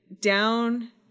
down